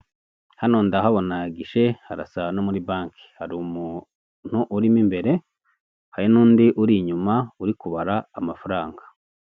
Hano ndahabona gishe harasa no muri banki, hari umuntu urimo imbere hari n'undi uri inyuma uri kubara amafaranga.